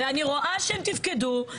בואו ננסה להתקדם גם על הדבר הזה בכוחות משותפים.